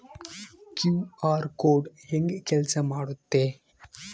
QR code ಹೆಂಗ ಕೆಲಸ ಮಾಡುತ್ತೆ?